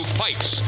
fights